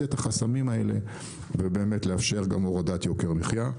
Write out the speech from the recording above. את החסמים האלה ולאפשר גם את הורדת יוקר המחיה.